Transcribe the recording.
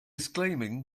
disclaiming